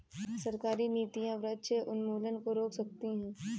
सरकारी नीतियां वृक्ष उन्मूलन को रोक सकती है